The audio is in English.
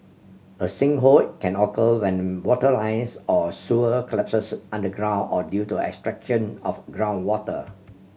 a sinkhole can occur when water lines or sewer collapses underground or due to extraction of groundwater